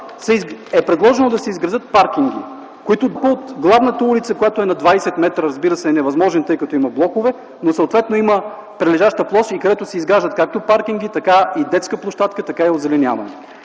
е предложено да се изградят паркинги, до които достъпът от главната улица, която е на двадесет метра, разбира се, е невъзможен, тъй като има блокове, но съответно има прилежаща площ, където се изграждат, както паркинги, детска площадка, така и озеленяване.